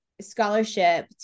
scholarship